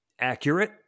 accurate